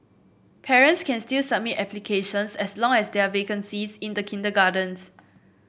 parents can still submit applications as long as there are vacancies in the kindergartens